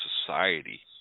society